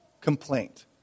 complaint